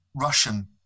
russian